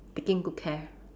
taking good care